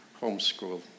homeschool